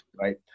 right